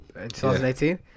2018